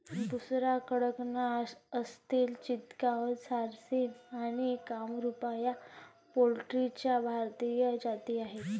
बुसरा, कडकनाथ, असिल चितगाव, झारसिम आणि कामरूपा या पोल्ट्रीच्या भारतीय जाती आहेत